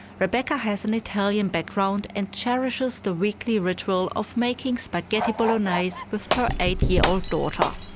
rebecca has an italian background and cherishes the weekly ritual of making spaghetti bolognaise with her eight-year-old daughter.